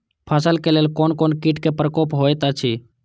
फसल के लेल कोन कोन किट के प्रकोप होयत अछि?